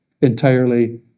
Entirely